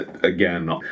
again